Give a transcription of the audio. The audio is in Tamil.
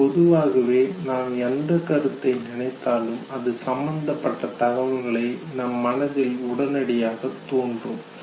அது பொதுவாகவே நாம் எந்தக் கருத்தை நினைத்தாலும் அது சம்பந்தப்பட்ட தகவல்கள் நம் மனதில் உடனடியாக தோன்றும்